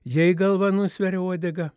jei galva nusveria uodegą